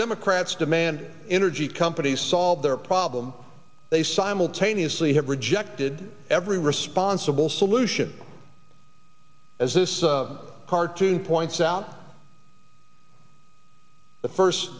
democrats demand energy companies solve their problem they simultaneously have rejected every responsible solution as this cartoon points out the first